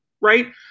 right